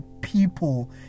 people